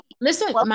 Listen